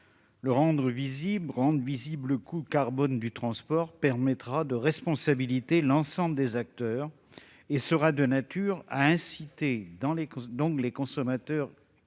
rendre visible le coût carbone du transport permettra de responsabiliser l'ensemble des acteurs et incitera tant les consommateurs que les